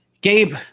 Gabe